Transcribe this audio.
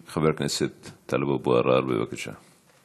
חבר הכנסת טלב אבו עראר, בבקשה.